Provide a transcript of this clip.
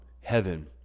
heaven